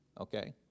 Okay